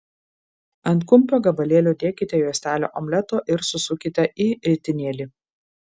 ant kumpio gabalėlio dėkite juostelę omleto ir susukite į ritinėlį